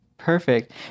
Perfect